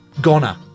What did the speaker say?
goner